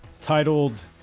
titled